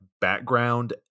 background